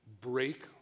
Break